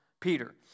Peter